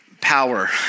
power